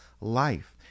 life